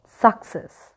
success